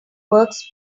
works